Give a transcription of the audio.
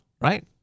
right